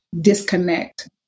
disconnect